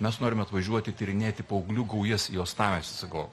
mes norime atvažiuoti tyrinėti paauglių gaujas į uostamiestį sakau